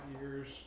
years